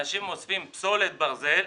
אנשים אוספים פסולת ברזל,